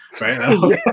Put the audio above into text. Right